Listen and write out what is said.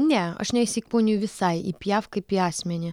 ne aš neįsikūniju visai į piaf kaip į asmenį